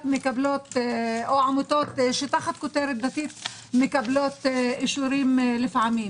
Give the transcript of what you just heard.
או עמותות שתחת כותרת דתית מקבלות אישורים לפעמים.